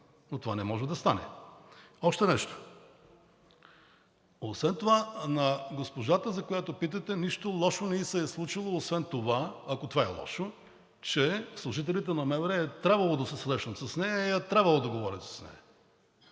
но това не може да стане. Още нещо. Освен това на госпожата, за която питате, нищо лошо не ѝ се е случило, освен това, ако това е лошо, че служителите на МВР е трябвало да се срещнат с нея и е трябвало да говорят с нея.